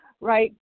right